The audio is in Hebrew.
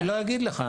לא, אני לא אגיד לך.